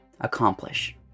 accomplish